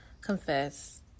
confess